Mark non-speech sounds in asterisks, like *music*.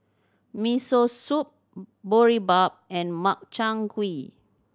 Miso Soup *unintelligible* Boribap and Makchang Gui